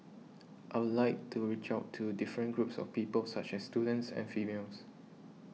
I'd like to reach out to different groups of people such as students and females